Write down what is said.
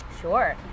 Sure